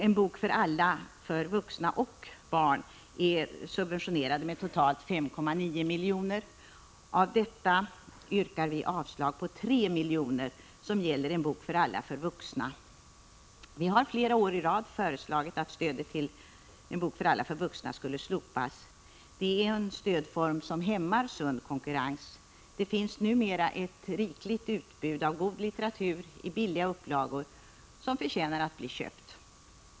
”En bok för alla” för vuxna och barn subventioneras med totalt 5,9 miljoner Av detta yrkar vi avslag på 3 miljoner som gäller ”En bok för alla” för vuxna. Vi har flera år i rad föreslagit att stödet till ”En bok för alla” för vuxna skulle slopas. Det är en stödform som hämmar sund konkurrens. Det finns numera ett rikligt utbud av god litteratur i billiga upplagor som förtjänar att bli köpt.